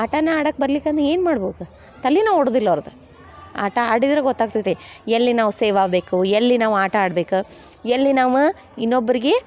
ಆಟನೇ ಆಡಕ್ಕೆ ಬರ್ಲಿಲ್ಲಂದ್ ಏನು ಮಾಡ್ಬೇಕ ತಲೆನ ಓಡುವುದಿಲ್ಲ ಅವ್ರ್ದು ಆಟ ಆಡಿದ್ರೆ ಗೊತ್ತಾಗ್ತೈತಿ ಎಲ್ಲಿ ನಾವು ಸೇವಾಗ್ಬೇಕು ಎಲ್ಲಿ ನಾವು ಆಟ ಆಡ್ಬೇಕು ಎಲ್ಲಿ ನಾವು ಇನ್ನೊಬ್ರಿಗೆ